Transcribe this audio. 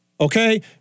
okay